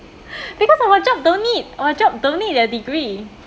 because our job don't need our job don't need a degree